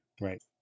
Right